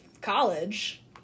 college